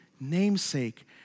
namesake